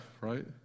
right